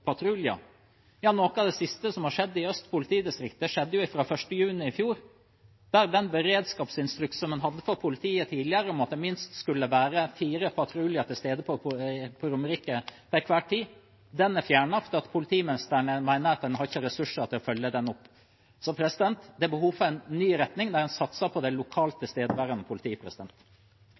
Øst politidistrikt, skjedde fra 1. juni i fjor, der beredskapsinstruksen som man hadde fra politiet tidligere, om at det skulle være minst fire patruljer til stede på Romerike til enhver tid, er fjernet fordi politimestrene mener at man ikke har ressurser til å følge den opp. Så det er behov for en ny retning, der man satser på lokalt tilstedeværende politi.